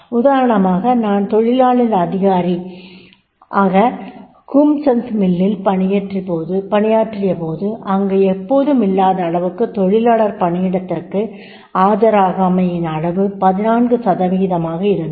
உதாரணமாக நான் தொழிலாளர் அதிகாரி யாக ஹுகும்சந்த் மில்லில் பணியாற்றியபோது அங்கு எப்போதுமில்லாதளவுக்கு தொழிலாளர் பணியிடத்திற்கு ஆஜராகாமை யின் அளவு 14 சதவிகிதமாக இருந்தது